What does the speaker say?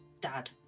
Dad